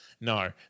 No